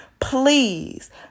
please